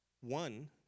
One